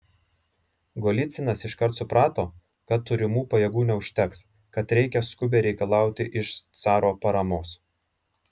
golycinas iškart suprato kad turimų pajėgų neužteks kad reikia skubiai reikalauti iš caro paramos